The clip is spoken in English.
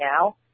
now